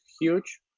huge